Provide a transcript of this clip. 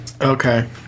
Okay